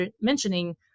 mentioning